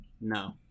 No